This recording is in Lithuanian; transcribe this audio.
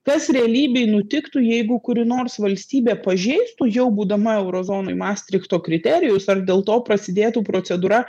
kas realybėj nutiktų jeigu kuri nors valstybė pažeistų jau būdama euro zonoj mastrichto kriterijus ar dėl to prasidėtų procedūra